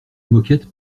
moquette